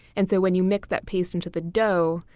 and so when you mix that paste into the dough,